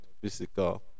physical